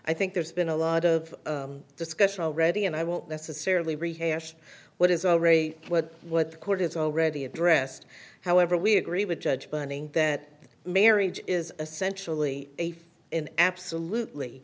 i think there's been a lot of discussion already and i won't necessarily rehash what is already what what the court has already addressed however we agree with judge bunning that marriage is essentially in absolutely